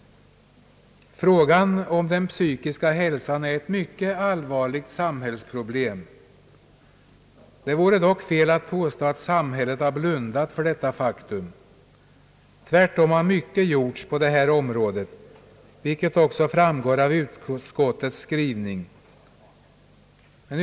Den psykiska hälsan är ett allvarligt samhällsproblem. Det vore dock fel att påstå att samhället har blundat för detta faktum. Tvärtom har mycket gjorts på detta område, vilket också framgår av utskottets skrivning.